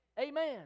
Amen